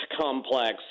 complex